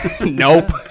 nope